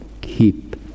keep